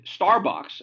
Starbucks